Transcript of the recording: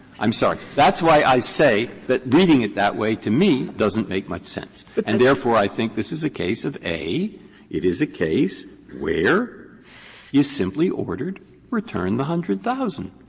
i'm sorry. that's why i say that reading it that way to me doesn't make much sense, and therefore, i think this is a case of a it is a case where he's simply ordered return the one hundred thousand,